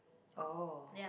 oh